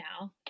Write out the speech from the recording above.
now